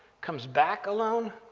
comes back alone,